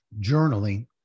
journaling